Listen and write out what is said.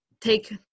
take